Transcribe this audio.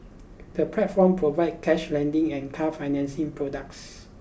the platform provides cash lending and car financing products